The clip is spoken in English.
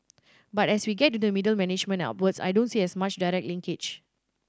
but as we get into the middle management and upwards I don't see as much direct linkage